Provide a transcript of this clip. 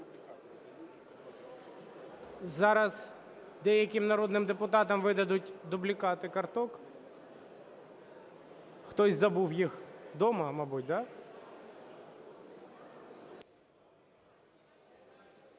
Зараз деяким народним депутатам видадуть дублікати карток. Хтось забув їх вдома, мабуть, да?